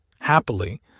happily